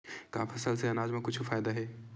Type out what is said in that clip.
का फसल से आनाज मा कुछु फ़ायदा हे?